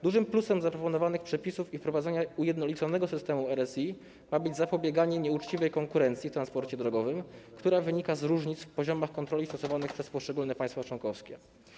Dużym plusem zaproponowanych przepisów i wprowadzenia ujednoliconego systemu RSI ma być zapobieganie nieuczciwej konkurencji w transporcie drogowym, która wynika z różnic w poziomach kontroli stosowanych przez poszczególne państwa członkowskie.